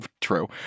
true